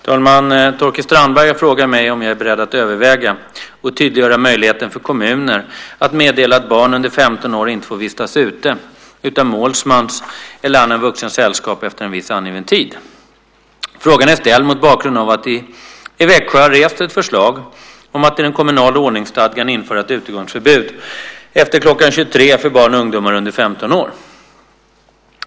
Fru talman! Torkild Strandberg har frågat mig om jag är beredd att överväga och tydliggöra möjligheten för kommuner att meddela att barn under 15 år inte får vistas ute utan målsmans eller annan vuxens sällskap efter en viss angiven tid. Frågan är ställd mot bakgrund av att det i Växjö har rests ett förslag om att i den kommunala ordningsstadgan införa ett utegångsförbud efter kl. 23 för barn och ungdomar under 15 år.